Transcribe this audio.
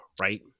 right